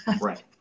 right